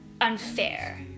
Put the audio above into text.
unfair